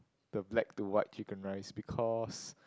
the black to white chicken rice because